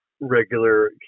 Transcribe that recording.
regular